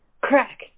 Crack